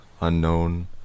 unknown